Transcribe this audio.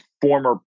former